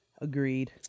Agreed